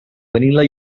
vanilla